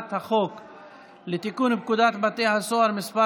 חוק לתיקון פקודת בתי הסוהר (מס'